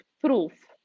proof